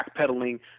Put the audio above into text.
backpedaling